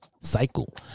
cycle